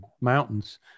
mountains